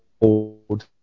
old